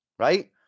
right